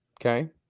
Okay